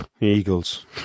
Eagles